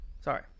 Sorry